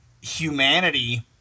humanity